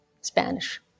Spanish